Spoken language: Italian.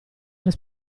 alle